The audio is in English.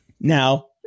Now